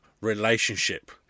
relationship